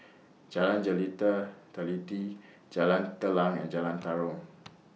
Jalan Teliti Jalan Telang and Jalan Tarum